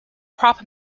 prop